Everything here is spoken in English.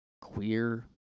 queer